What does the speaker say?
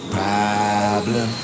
problem